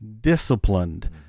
disciplined